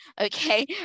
okay